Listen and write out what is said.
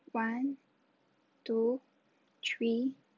one two three